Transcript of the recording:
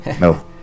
no